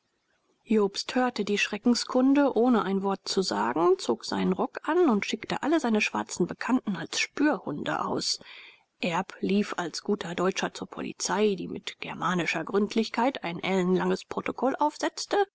jobst hörte die schreckenskunde ohne ein wort zu sagen zog seinen rock an und schickte alle seine schwarzen bekannten als spürhunde aus erb lief als guter deutscher zur polizei die mit germanischer gründlichkeit ein ellenlanges protokoll aufsetzte